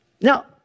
Now